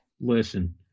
Listen